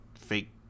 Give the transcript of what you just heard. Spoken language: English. fake